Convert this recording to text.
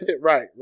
right